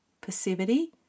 passivity